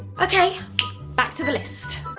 okay back to the list.